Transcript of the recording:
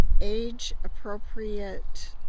age-appropriate